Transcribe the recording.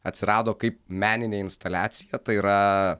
atsirado kaip meninė instaliacija tai yra